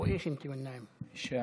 (אומר בערבית: אבו מי אתה?) הישאם.